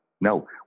No